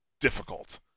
difficult